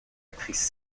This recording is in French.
actrice